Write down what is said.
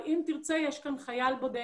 אבל אם תרצה, יש כאן חייל בודד,